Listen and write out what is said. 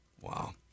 Wow